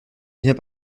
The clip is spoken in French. viens